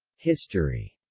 history